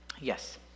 yes